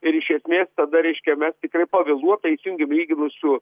ir iš esmės tada reiškia mes tikrai pavėluotai įsijungėm lyginu su